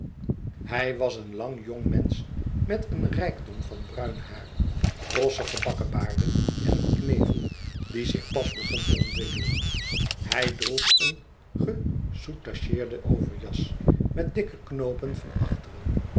hij was een lang jong mensch met een rijkdom van bruin haar rossige bakkebaarden en een knevel die zich pas begon te ontwikkelen hij droeg een gesoutacheerden overjas met dikke knoopen van achteren